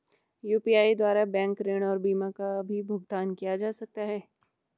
UPI द्वारा bank ऋण और बीमा का भी भुगतान किया जा सकता है?